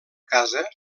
casa